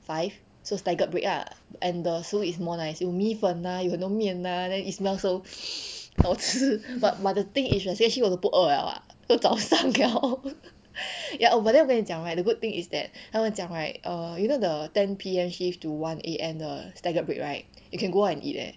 five so staggered break lah and the 食物 is more nice 有米粉 ah 有很多面 ah then it smell so 好吃 but but the thing is actually 我都不饿 liao what 都早上 liao ya but then 我跟你讲 right the good thing is that 他们讲 right err you know the ten P_M shift to one A_M and the staggered break right you can go out and eat leh